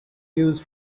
news